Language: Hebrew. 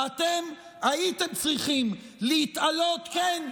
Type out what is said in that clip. ואתם הייתם צריכים להתעלות, כן.